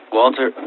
Walter